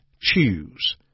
choose